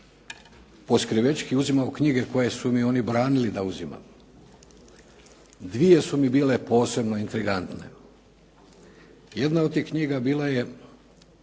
poskrivečki uzimao knjige koje su mi oni branili da uzimam. Dvije su mi bile posebno intrigantne, jedna od tih knjiga je